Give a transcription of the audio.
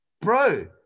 bro